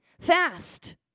Fast